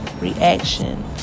reaction